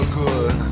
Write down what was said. good